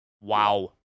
Wow